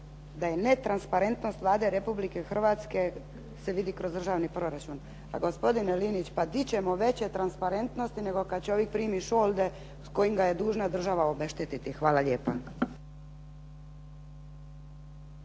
da je netransparentnost Vlade Republike Hrvatske se vidi kroz državni proračun. Gospodine Linić, gdje ćemo veće transparentnosti nego kad čovjek primi šolde s kojim ga je dužna država obeštetiti. Hvala lijepa.